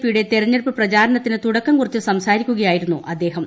പിയുടെ തെരഞ്ഞെടുപ്പ് പ്രചരണത്തിന് തുടക്കം കുറിച്ച് സംസാരിക്കുകയായിരുന്നു അദ്ദേഹം